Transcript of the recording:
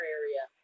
area